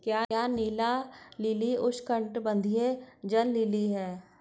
क्या नीला लिली उष्णकटिबंधीय जल लिली है?